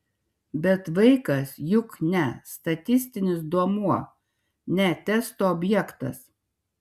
bet vaikas juk ne statistinis duomuo ne testo objektas